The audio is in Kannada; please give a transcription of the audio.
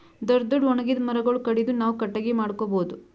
ದೊಡ್ಡ್ ದೊಡ್ಡ್ ಒಣಗಿದ್ ಮರಗೊಳ್ ಕಡದು ನಾವ್ ಕಟ್ಟಗಿ ಮಾಡ್ಕೊಬಹುದ್